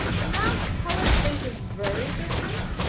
now color space is very different,